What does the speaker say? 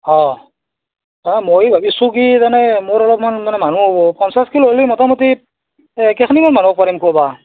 অঁ অঁ ময়ো ভাবিছোঁ কি জানে মোৰ অলপমান মানে মানুহ পঞ্চাছ কিলো হ'লেই মোটামুটি এই কেইখিনিমান মানুহক পাৰিম খুৱাব